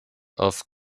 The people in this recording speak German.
auf